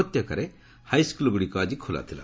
ଉପତ୍ୟକାରେ ହାଇସ୍କୁଲ୍ଗୁଡ଼ିକ ଆଜି ଖୋଲା ଥିଲା